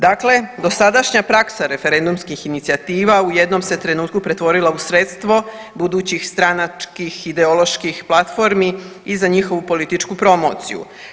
Dakle, dosadašnja praksa referendumskih inicijativa u jednom se trenutku pretvorila u sredstvo budućih stranačkih i ideoloških platformi i za njihovu političku promociju.